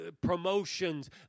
promotions